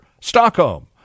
Stockholm